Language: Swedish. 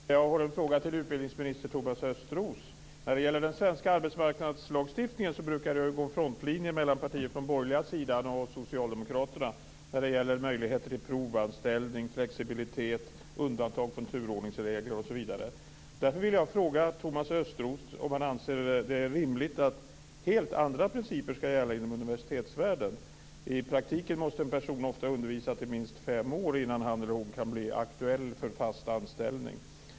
Fru talman! Jag har en fråga till utbildningsminister Thomas Östros. När det gäller den svenska arbetsmarknadslagstiftningen brukar det gå en frontlinje mellan partier från den borgerliga sidan och socialdemokraterna vad beträffar möjligheter till provanställning, flexibilitet, undantag från turordningsregler osv. Därför vill jag fråga Thomas Östros om han anser det rimligt att helt andra principer skall gälla inom universitetsvärlden. I praktiken måste en person ofta ha undervisat i minst fem år innan han eller hon kan bli aktuell för fast anställning.